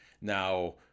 Now